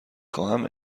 خواهم